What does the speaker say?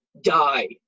Die